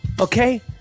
Okay